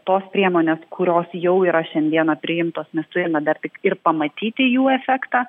tos priemonės kurios jau yra šiandieną priimtos mes turime dar tik ir pamatyti jų efektą